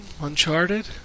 Uncharted